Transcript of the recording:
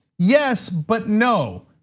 yes, but no,